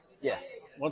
Yes